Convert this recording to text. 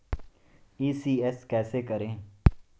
ECS कैसे करें?